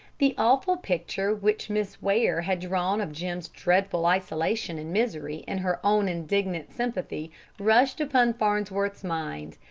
the awful picture which miss ware had drawn of jim's dreadful isolation and misery and her own indignant sympathy rushed upon farnsworth's mind,